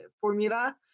formula